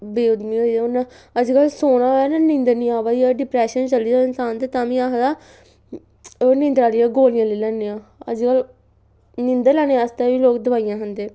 बेउद्दमी होई दे हून अजकल्ल सोना होऐ ना नींदर निं आवा दी होऐ डिप्रैशन च चली दा होऐ इन्सान ते तां बी आखदा ओह् नींदरा आह्लियां गोलियां लेई लैन्ने आं अजकल्ल नींदर लैने आस्तै बी लोक दोआइयां खंदे